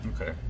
Okay